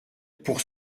pour